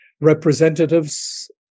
representatives